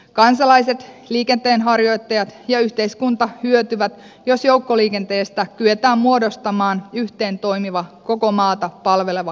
kansalaiset liikenteenharjoittajat ja yhteiskunta hyötyvät jos joukkoliikenteestä kyetään muodostamaan yhteentoimiva koko maata palveleva kokonaisuus